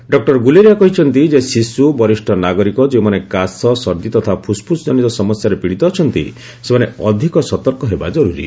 doctor Guleria କହିଛନ୍ତି ଯେ ଶିଶୁ ବରିଷ ନାଗରିକ ଯେଉଁମାନେ କାଶସର୍ଦ୍ଦି ତଥା ଫୁସ୍ଫୁସ୍ କନିତ ସମସ୍ୟାରେ ପୀଡ଼ିତ ଅଛନ୍ତି ସେମାନେ ଅଧିକ ସତର୍କ ହେବା ଜରୁରୀ